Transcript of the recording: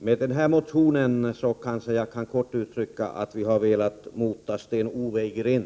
Med vår reservation har vi velat ”mota Sten-Ove i grind”.